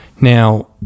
Now